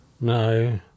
No